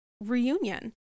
reunion